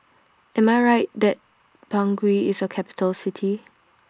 Am I Right that Bangui IS A Capital City